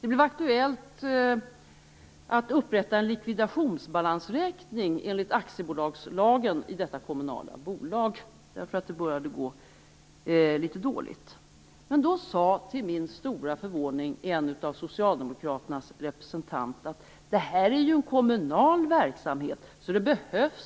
Det blev aktuellt att upprätta en likvidationsbalansräkning enligt aktiebolagslagen i detta kommunala bolag därför att det började gå litet dåligt. Då sade till min stora förvåning en av Socialdemokraternas representanter att det var en kommunal verksamhet och att man